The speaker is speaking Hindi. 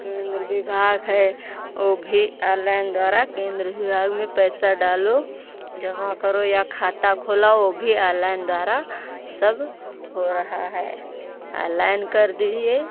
केन्द्र विभाग है वह भी ऑनलाइन द्वारा केन्द्र विभाग में पैसा डालो जमा करो या खाता खोलाओ वह भी ऑनलाइन द्वारा सब हो रहा है ऑनलाइन कर दीजिए